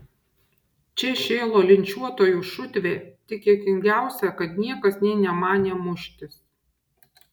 čia šėlo linčiuotojų šutvė tik juokingiausia kad niekas nė nemanė muštis